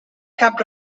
cap